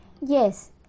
Yes